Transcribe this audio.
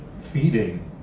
feeding